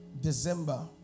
December